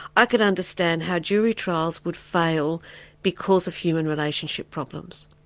i could understand how jury trials would fail because of human relationship problems.